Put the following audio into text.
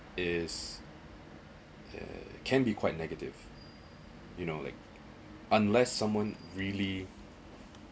is uh can be quite negative you know like unless someone really